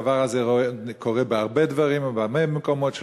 הדבר הזה קורה בהרבה דברים ובהרבה מקומות,